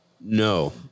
No